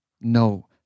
No